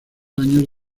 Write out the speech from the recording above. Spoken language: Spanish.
años